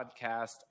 podcast